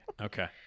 Okay